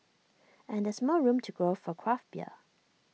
and there's more room to grow for craft beer